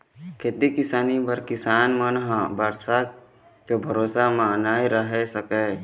खेती किसानी बर किसान मन ह बरसा के भरोसा म नइ रह सकय